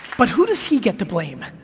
but who does he get to blame?